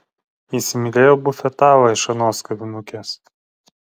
įsimylėjau bufetavą iš anos kavinukės